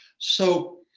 so